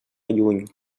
lluny